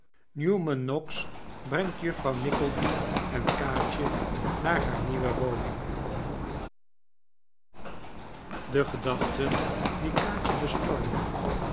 newman noggs brengt juffrouw nickleby en kaatje naar haar nieuwe woning de gedachten die kaatje bestormden